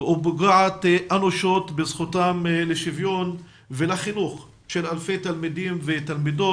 ופוגעת אנושות בזכותם לשוויון ולחינוך של אלפי תלמידים ותלמידות.